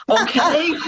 Okay